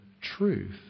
truth